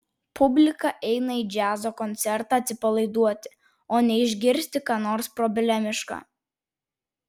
publika eina į džiazo koncertą atsipalaiduoti o ne išgirsti ką nors problemiška